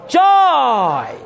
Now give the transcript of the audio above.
joy